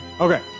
Okay